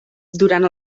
durant